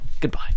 Goodbye